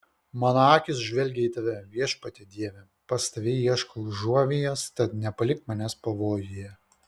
mano akys žvelgia į tave viešpatie dieve pas tave ieškau užuovėjos tad nepalik manęs pavojuje